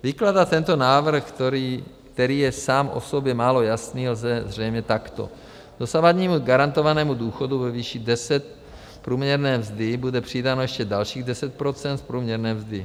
Vykládat tento návrh, který je sám o sobě málo jasný, lze zřejmě takto: K dosavadnímu garantovanému důchodu ve výši 10 průměrné mzdy bude přidáno ještě dalších 10 % z průměrné mzdy.